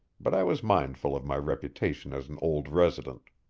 but i was mindful of my reputation as an old resident.